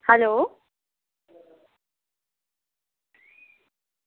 hello